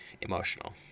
emotional